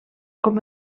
com